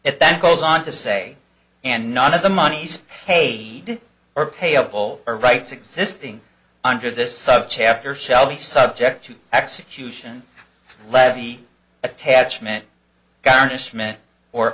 it then goes on to say and none of the monies paid or payable or rights existing under this subchapter shall be subject to execution levy attachment garnishment or